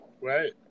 Right